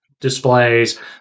displays